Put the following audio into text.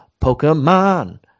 Pokemon